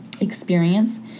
experience